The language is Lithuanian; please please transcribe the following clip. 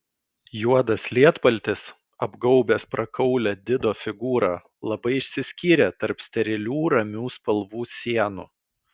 juodas lietpaltis apgaubęs prakaulią dido figūrą labai išsiskyrė tarp sterilių ramių spalvų sienų